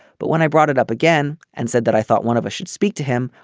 but when i brought it up again and said that i thought one of us should speak to him.